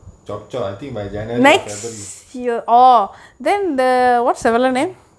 chop chop I think by january or february